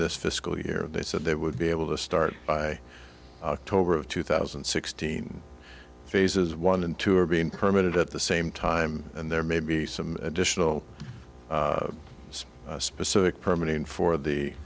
this fiscal year they said they would be able to start by october of two thousand and sixteen phases one and two are being permanent at the same time and there may be some additional specific permanent for the